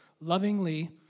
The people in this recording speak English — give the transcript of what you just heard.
lovingly